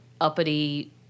uppity